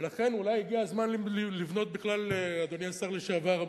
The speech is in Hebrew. ולכן אולי הגיע הזמן לבנות, אדוני השר לשעבר,